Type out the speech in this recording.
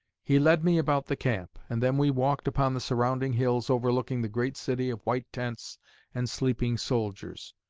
he led me about the camp, and then we walked upon the surrounding hills overlooking the great city of white tents and sleeping soldiers.